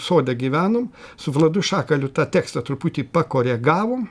sode gyvenom su vladu šakaliu tą tekstą truputį pakoregavom